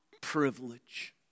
privilege